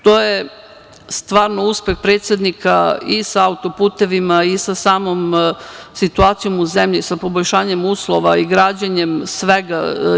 To je stvarno uspeh predsednika i sa autoputevima, i sa samom situacijom u zemlji, sa poboljšanjem uslova i građenjem svega.